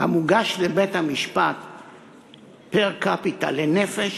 המוגשים לבית-המשפט פר-קפיטה, לנפש,